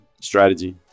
strategy